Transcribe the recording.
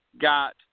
got